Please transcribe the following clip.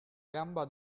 gamba